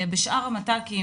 בשאר המת"קים,